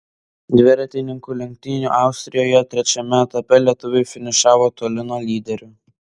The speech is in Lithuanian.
dviratininkų lenktynių austrijoje trečiame etape lietuviai finišavo toli nuo lyderių